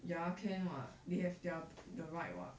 ya can [what] they have their the right [what]